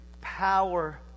power